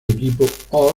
equipo